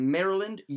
Maryland